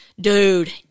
dude